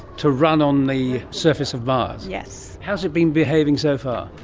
to run on the surface of mars. yes. how has it been behaving so far?